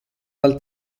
dal